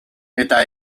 eta